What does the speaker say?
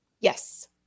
Yes